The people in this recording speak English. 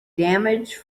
damage